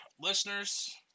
listeners